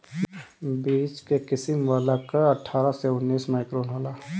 बीच के किसिम वाला कअ अट्ठारह से उन्नीस माइक्रोन होला